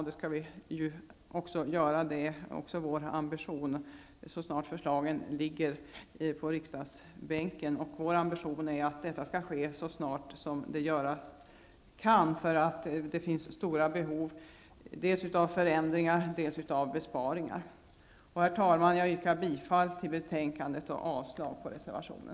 Det är också vår ambition att göra det så snart förslagen ligger på riksdagsbänken. Vår ambition är också att detta skall ske så snart det göras kan, därför att det finns stora behov, dels av förändringar, dels av besparingar. Herr talman! Jag yrkar bifall till utskottets hemställan och avslag på reservationen.